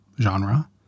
genre